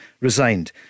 resigned